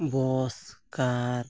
Bose ᱠᱟᱨ